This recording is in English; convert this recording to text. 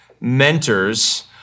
mentors